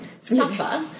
suffer